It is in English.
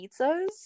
pizzas